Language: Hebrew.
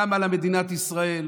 קמה לה מדינת ישראל,